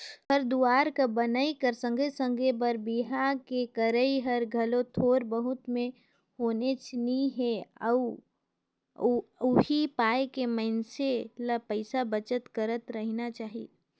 घर दुवार कर बनई कर संघे संघे बर बिहा के करई हर घलो थोर बहुत में होनेच नी हे उहीं पाय के मइनसे ल पइसा बचत करत रहिना चाही